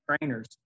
trainers